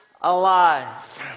alive